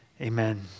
Amen